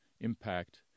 impact